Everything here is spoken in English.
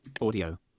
Audio